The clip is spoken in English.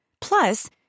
Plus